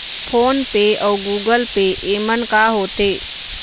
Phone Pe अउ Google Pay येमन का होते?